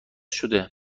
شده